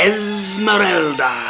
Esmeralda